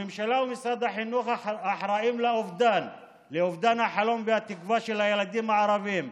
הממשלה ומשרד החינוך אחראים לאובדן החלום והתקווה של הילדים הערבים,